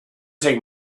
take